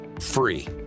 free